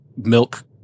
milk